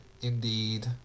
Indeed